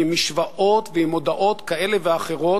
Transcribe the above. עם משוואות ועם הודעות כאלה או אחרות,